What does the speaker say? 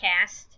cast